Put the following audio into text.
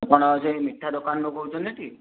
ଆପଣ ସେଇ ମିଠା ଦୋକାନରୁ କହୁଛନ୍ତି ଟି